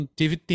teve